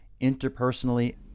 interpersonally